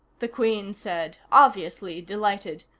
the queen said, obviously delighted.